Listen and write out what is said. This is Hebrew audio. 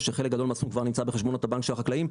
ושחלק גדול מהסכום כבר נמצא בחשבונות הבנק של החקלאים.